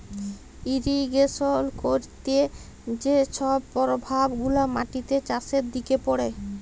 irrigation ক্যইরতে যে ছব পরভাব গুলা মাটিতে, চাষের দিকে পড়ে